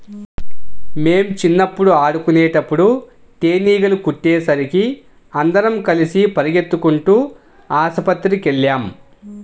మేం చిన్నప్పుడు ఆడుకునేటప్పుడు తేనీగలు కుట్టేసరికి అందరం కలిసి పెరిగెత్తుకుంటూ ఆస్పత్రికెళ్ళాం